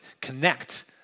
connect